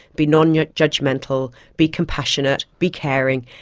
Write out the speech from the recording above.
be non-judgemental, be compassionate, be caring,